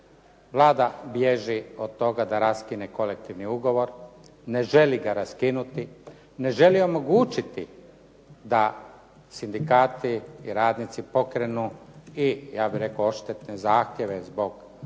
Vlada bježi od toga da raskine kolektivni ugovor, ne želi ga raskinuti, ne želi omogućiti da sindikati i radnici pokrenu i ja bih rekao odštetne zahtjeve zbog